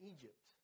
Egypt